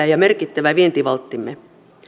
ja merkittävä vientivalttimme